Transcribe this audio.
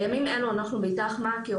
בימים אלה ב"איתך מעכי",